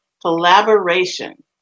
collaboration